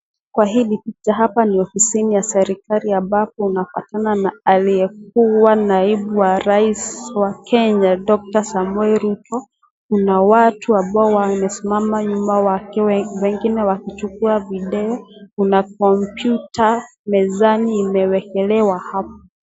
Kwa hili picha hapa ni ofisini ya serikali ambapo unapatana na aliyekuwa naibu wa rais wa Kenya doctor Samoei Rutto na watu ambao wamesimama nyuma wake wengine wakijukua video na kompyuta mezani imewekelewa hapo.